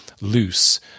loose